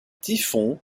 typhon